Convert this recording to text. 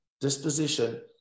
disposition